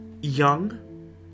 young